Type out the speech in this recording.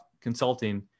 consulting